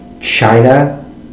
China